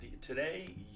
today